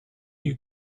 you